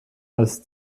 als